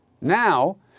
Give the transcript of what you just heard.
Now